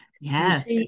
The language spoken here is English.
yes